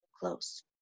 close